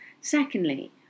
Secondly